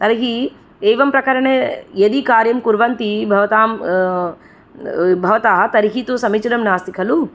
तर्हि एवं प्रकरणे यदि कार्यं कुर्वन्ति भवतां भवतात् तर्हि तु समिचीनं नास्ति खलु